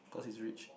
cause he's rich